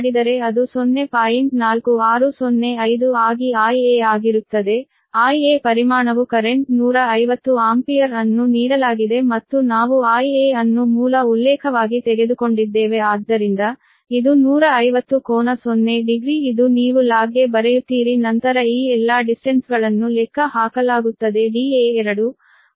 4605 ಆಗಿ Ia ಆಗಿರುತ್ತದೆ Ia ಪರಿಮಾಣವು ಕರೆಂಟ್ 150 ಆಂಪಿಯರ್ ಅನ್ನು ನೀಡಲಾಗಿದೆ ಮತ್ತು ನಾವು Ia ಅನ್ನು ಮೂಲ ಉಲ್ಲೇಖವಾಗಿ ತೆಗೆದುಕೊಂಡಿದ್ದೇವೆ ಆದ್ದರಿಂದ ಇದು 150 ಕೋನ 0 ಡಿಗ್ರಿ ಇದು ನೀವು ಲಾಗ್ಗೆ ಬರೆಯುತ್ತೀರಿ ನಂತರ ಈ ಎಲ್ಲಾ ಡಿಸ್ಟೆನ್ಸ್ ಗಳನ್ನು ಲೆಕ್ಕ ಹಾಕಲಾಗುತ್ತದೆ Da2 9